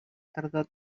tardor